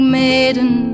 maiden